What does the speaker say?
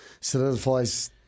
solidifies